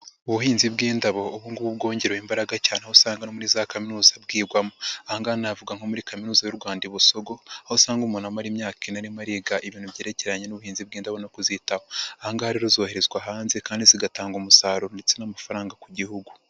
Ubuhinzi bw'indabo ubu ngubu bwongerewe imbaraga cyane aho usanga muri za kaminuza bwigwamo, aha ngaha navuga nko muri Kaminuza y'u Rwanda i Busogo aho usanga umuntu amara imyaka ine arimo ariga ibintu byerekeranye n'ubuhinzi bw'indabo no kuzitaho, aha ngaha rero zoherezwa hanze kandi zigatanga umusaruro ndetse n'amafaranga ku Gihugu.